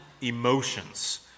emotions